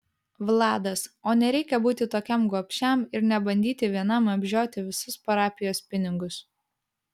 vladas o nereikia būti tokiam gobšiam ir nebandyti vienam apžioti visus parapijos pinigus